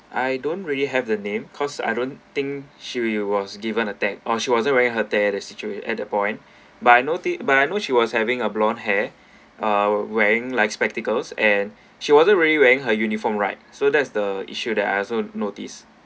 I don't really have the name cause I don't think she was given a tag or she wasn't wearing her tag at the situation at the point but I noticed but I know she was having a blonde hair uh wearing like spectacles and she wasn't really wearing her uniform right so that's the issue that I also notice